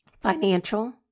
financial